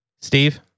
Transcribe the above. Steve